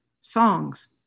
songs